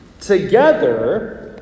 together